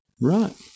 Right